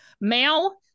male